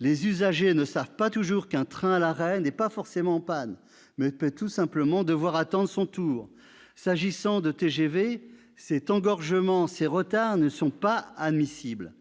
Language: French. Les usagers ne savent pas toujours qu'un train à l'arrêt n'est pas forcément en panne et qu'il peut tout simplement être obligé d'attendre son tour. S'agissant des TGV, cet engorgement, ces retards ne sont pas admissibles.